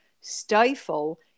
stifle